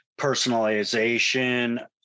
personalization